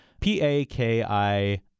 P-A-K-I